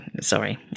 Sorry